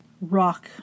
rock